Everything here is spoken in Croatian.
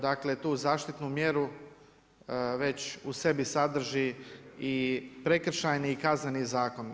Dakle tu zaštitnu mjeru već u sebi sadrži i Prekršajni i Kazneni zakon.